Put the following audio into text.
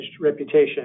reputation